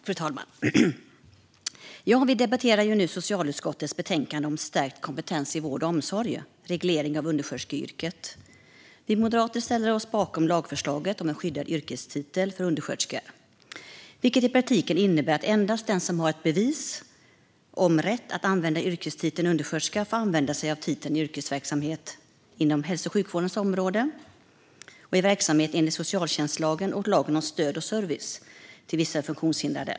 Fru talman! Vi debatterar nu socialutskottets betänkande S tärkt kompetens i vård och omsorg - reglering av undersköterskeyrket . Vi moderater ställer oss bakom lagförslaget om en skyddad yrkestitel för undersköterskor, vilket i praktiken innebär att endast den som har ett bevis om rätt att använda yrkestiteln undersköterska får använda sig av titeln i yrkesverksamhet inom hälso och sjukvårdens område och i verksamhet enligt socialtjänstlagen och lagen om stöd och service till vissa funktionshindrade.